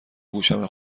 گوشمه